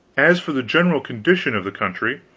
as for the general condition of the country,